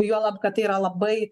juolab kad tai yra labai